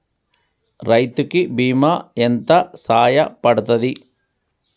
రైతు కి బీమా ఎంత సాయపడ్తది?